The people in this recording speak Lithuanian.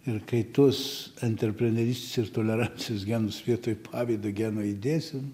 ir kai tuos anterprenerysts ir tolerancijos genus vietoj pavydo geno įdėsim